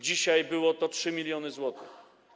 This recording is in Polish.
Dzisiaj było to 3 mln zł.